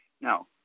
Now